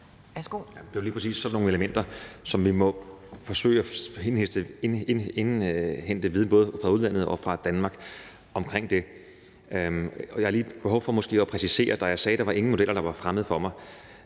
sådan nogle elementer, som vi må forsøge at indhente viden omkring, både fra udlandet og fra Danmark. Jeg har måske lige behov for at præcisere, at da jeg sagde, at der var ingen modeller, der var fremmede for mig,